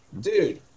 Dude